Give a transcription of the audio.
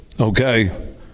okay